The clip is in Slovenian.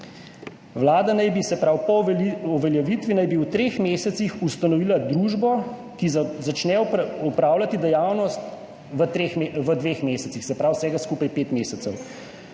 Vlada naj bi po uveljavitvi v treh mesecih ustanovila družbo, ki začne opravljati dejavnost v treh, v dveh mesecih. Se pravi, vsega skupaj pet mesecev,